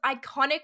iconic